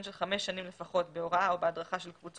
של חמש שנים לפחות בהוראה או בהדרכה של קבוצות